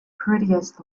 prettiest